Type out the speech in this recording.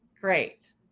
great